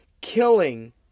killing